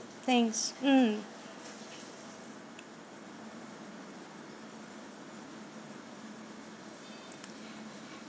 thanks mm